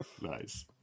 Nice